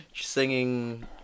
singing